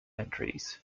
entries